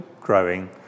growing